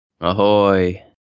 Ahoy